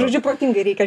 žodžiu protingai reikia